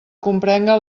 comprenga